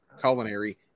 culinary